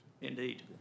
Indeed